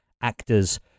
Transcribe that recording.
actors